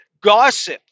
gossip